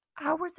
hours